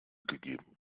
gegeben